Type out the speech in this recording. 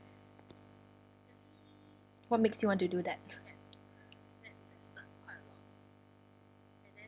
what makes you want to do that